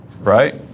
Right